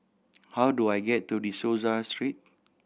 how do I get to De Souza Street